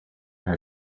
her